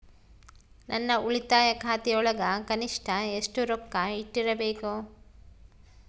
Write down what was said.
ನನ್ನ ಉಳಿತಾಯ ಖಾತೆಯೊಳಗ ಕನಿಷ್ಟ ಎಷ್ಟು ರೊಕ್ಕ ಇಟ್ಟಿರಬೇಕು?